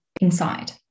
inside